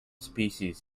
species